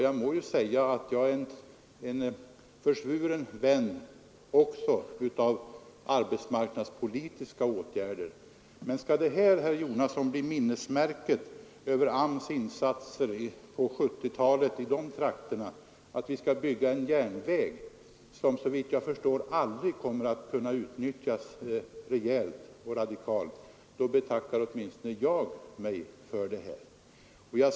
Men, herr Jonasson, skall byggandet av en järnväg i dessa trakter, vilken såvitt jag förstår aldrig kommer att kunna utnyttjas rejält och radikalt, bli minnesmärket över AMS:s insatser på 1970-talet, må jag säga att jag betackar mig, även om jag är en försvuren vän av arbetsmarknadspolitiska åtgärder.